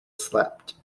slept